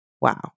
Wow